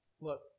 look